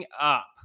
Up